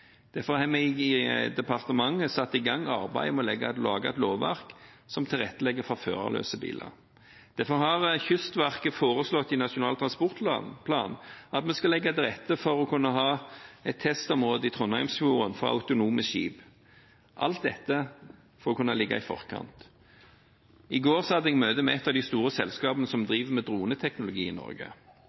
Derfor har vi i departementet satt i gang arbeidet med å lage et lovverk som tilrettelegger for førerløse biler. Derfor har Kystverket foreslått i Nasjonal transportplan at vi skal legge til rette for å kunne ha et testområde i Trondheimsfjorden for autonome skip – alt dette for å kunne ligge i forkant. I går hadde jeg møte med et av de store selskapene som driver med droneteknologi i Norge.